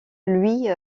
lui